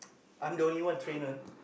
I'm the only one trainer